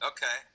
Okay